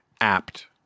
apt